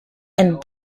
and